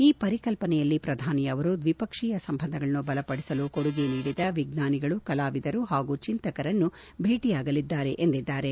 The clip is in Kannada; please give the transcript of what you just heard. ಈ ಪರಿಕಲ್ಪನೆಯಲ್ಲಿ ಶ್ರಧಾನಿ ಅವರು ದ್ವಿಪಕ್ಷೀಯ ಸಂಬಂಧಗಳನ್ನು ಬಲಪಡಿಸಲು ಕೊಡುಗೆ ನೀಡಿದ ವಿಜ್ಞಾನಿಗಳು ಕಲಾವಿದರು ಹಾಗೂ ಚಿಂತಕರನ್ನು ಭೇಟಿಯಾಗಲಿದ್ದಾರೆ ಎಂದಿದ್ದಾರೆ